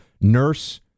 nurse